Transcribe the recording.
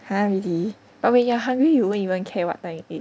!huh! really but when you're hungry you won't even care what time you ate